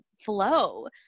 flow